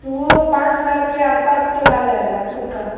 वह पाँच हज़ार के आस पास तक आ जाएगा उसका